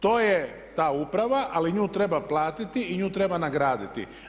To je ta uprava ali nju treba platiti i nju treba nagraditi.